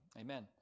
Amen